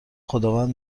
خداوند